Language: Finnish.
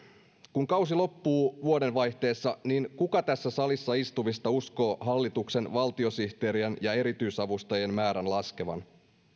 kun kausi loppuu vuodenvaihteessa niin kuka tässä salissa istuvista uskoo hallituksen valtiosihteerien ja erityisavustajien määrän laskevan